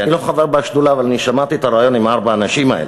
אני לא חבר בשדולה אבל אני שמעתי את הריאיון עם ארבע הנשים האלה,